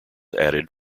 added